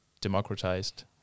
democratized